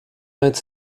its